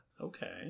Okay